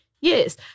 Yes